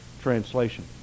translation